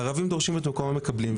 הערבים דורשים את מקומם ומקבלים,